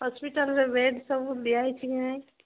ହସ୍ପିଟାଲ୍ରେ ବେଡ଼୍ ସବୁ ଦିଆହେଇଛି କି ନାହିଁ